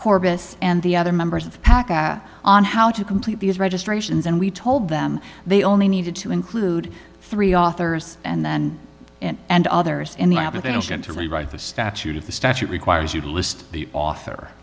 corbis and the other members of ppaca on how to complete these registrations and we told them they only needed to include three authors and then and others in the application to write the statute if the statute requires you to list the author